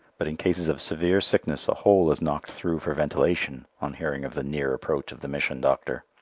but in cases of severe sickness a hole is knocked through for ventilation on hearing of the near approach of the mission doctor.